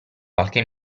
qualche